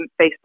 Facebook